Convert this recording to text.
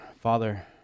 Father